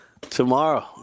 Tomorrow